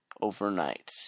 overnight